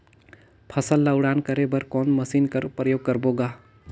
फसल ल उड़ान करे बर कोन मशीन कर प्रयोग करबो ग?